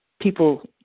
people